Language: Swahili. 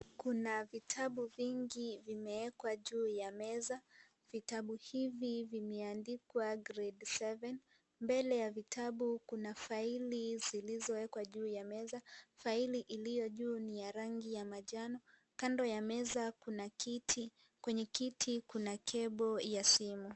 Kuna vitabu vingi vimeekwa juu ya meza. Vitabu hivi vimeandikwa Grade seven . Mbele ya vitabu kuna faili zilizoekwa juu ya meza. Faili iliyo juu ni ya rangi ya manjano. Kando ya meza kuna kitu , kwenye kitu kuna cable ya simu.